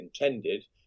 intended